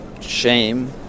shame